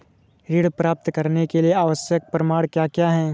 ऋण प्राप्त करने के लिए आवश्यक प्रमाण क्या क्या हैं?